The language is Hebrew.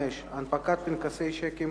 5) (הנפקת פנקסי שיקים